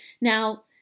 Now